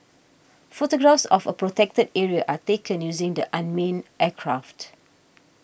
photographs of a Protected Area are taken using the unmanned aircraft